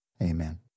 Amen